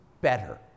better